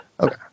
Okay